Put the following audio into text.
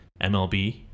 MLB